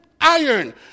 iron